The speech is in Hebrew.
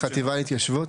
טוב, החטיבה להתיישבות,